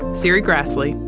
serri graslie,